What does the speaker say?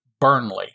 Burnley